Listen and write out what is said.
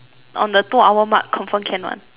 on the two hour mark confirm can [one]